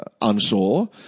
unsure